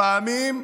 לפעמים,